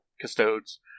Custodes